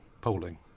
polling